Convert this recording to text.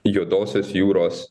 juodosios jūros